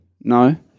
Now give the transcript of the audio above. no